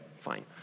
fine